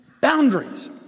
boundaries